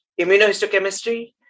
immunohistochemistry